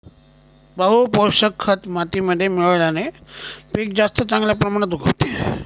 बहू पोषक खत मातीमध्ये मिळवल्याने पीक जास्त चांगल्या प्रमाणात उगवते